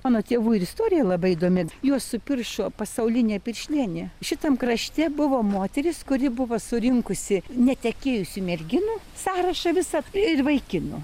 mano tėvų ir istorija labai įdomi juos supiršo pasaulinė piršlienė šitam krašte buvo moteris kuri buvo surinkusi netekėjusių merginų sąrašą visą ir vaikinų